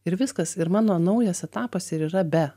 ir viskas ir mano naujas etapas ir yra be